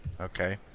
Okay